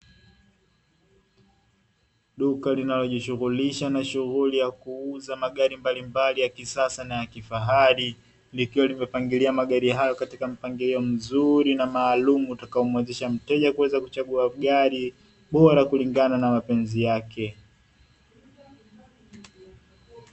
Duka linalojishughulisha na shughuli ya kuuzaji wa magari mbalimbali ya kisasa naya kifahari likiwa limepangiliwa magari hayo katika mpangilio mzuri na maalumu utakao muwezesha mteja kuweza kuchagua gari bora kulingana na mapenzi yake.